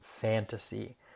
fantasy